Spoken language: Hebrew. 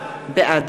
בעד